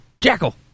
Jackal